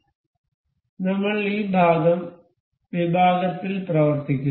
ഞങ്ങൾ ഈ ഭാഗം വിഭാഗത്തിൽ പ്രവർത്തിക്കുന്നു